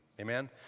Amen